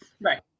Right